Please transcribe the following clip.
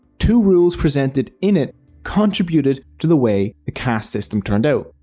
two rules presented in it contributed to the way the caste system turned out.